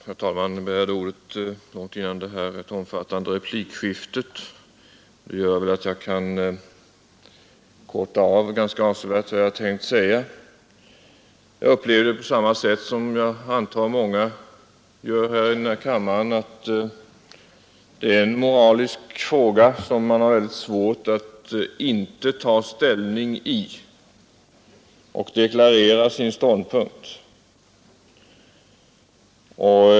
Herr talman! Efter detta rätt omfattande replikskifte kan jag ganska avsevärt korta av vad jag hade tänkt säga. Jag upplever det så — vilket jag antar att många i denna kammare gör — att detta är en politisk och moralisk fråga där man måste ta ställning och deklarera sin ståndpunkt.